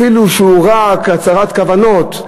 אפילו שהוא רק הצהרת כוונות,